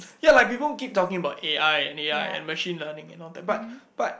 ya like people keep talking about A_I and A_I and machine learning and all that but but